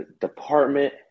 department